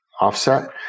offset